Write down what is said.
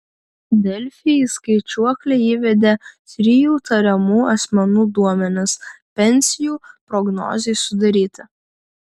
delfi į skaičiuoklę įvedė trijų tariamų asmenų duomenis pensijų prognozei sudaryti